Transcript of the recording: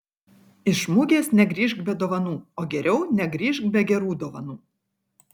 iš mugės negrįžk be dovanų o geriau negrįžk be gerų dovanų